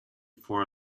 for